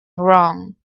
wrong